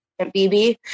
BB